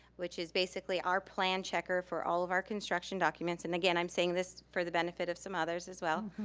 which is basically our plan checker for all of our construction documents, and again, i'm saying this for the benefit of some others as well,